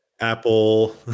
apple